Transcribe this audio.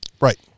Right